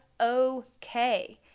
okay